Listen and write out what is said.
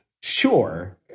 sure